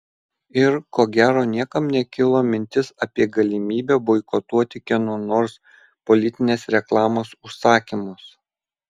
ir ko gero niekam nekilo mintis apie galimybę boikotuoti kieno nors politinės reklamos užsakymus